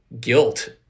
guilt